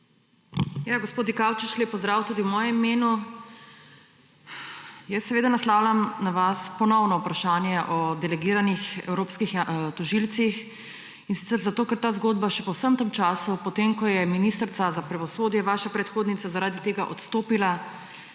Gospod Dikaučič, lep pozdrav tudi v mojem imenu! Na vas ponovno naslavljam vprašanje o delegiranih evropskih tožilcih, in sicer zato ker ta zgodba po vsem tem času, potem ko je ministrica za pravosodje, vaša predhodnica, zaradi tega odstopila,